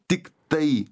tik tai